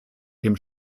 dem